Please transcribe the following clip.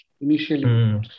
initially